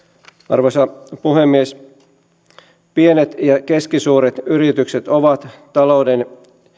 arvoisa puhemies pienet ja keskisuuret yritykset ovat talouden